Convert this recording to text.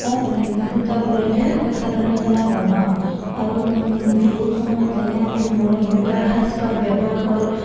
তাত সূতাবোৰেদি চাদৰ মেখেলা বনাওঁ আৰু বিহুৰ সময়ত যেনে আমি মূৰাৰ মুগাৰ সাজপাৰ ব্যৱহাৰ কৰোঁ